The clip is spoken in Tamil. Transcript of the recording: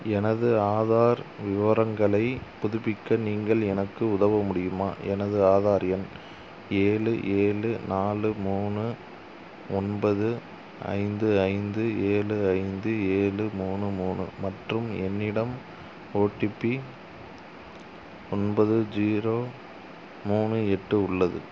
எனது ஆதார் விவரங்களை புதுப்பிக்க நீங்கள் எனக்கு உதவ முடியுமா எனது ஆதார் எண் ஏழு ஏழு நாலு மூணு ஒன்பது ஐந்து ஐந்து ஏழு ஐந்து ஏழு மூணு மூணு மற்றும் என்னிடம் ஓடிபி ஒன்பது ஜீரோ மூணு எட்டு உள்ளது